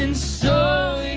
and so